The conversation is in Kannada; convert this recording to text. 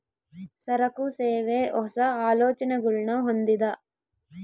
ಸರಕು, ಸೇವೆ, ಹೊಸ, ಆಲೋಚನೆಗುಳ್ನ ಹೊಂದಿದ